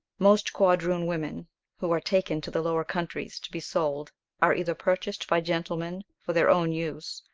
most quadroon women who are taken to the lower countries to be sold are either purchased by gentlemen for their own use,